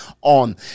on